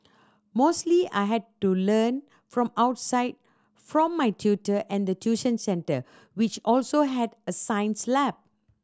mostly I had to learn from outside from my tutor and the tuition centre which also had a science lab